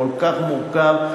כל כך מורכב,